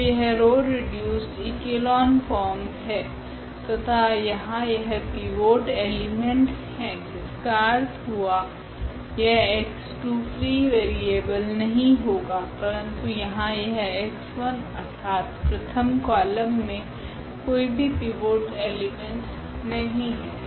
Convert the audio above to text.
तो यह row reduced echelon form है तथा यहाँ यह पिवोट एलीमेंट हैं जिसका अर्थ हुआ यह x2 फ्री वारिएबल नहीं होगा परंतु यहाँ यह x1 क्योकि प्रथम कॉलम मे कोई भी पिवोट एलीमेंट् नहीं है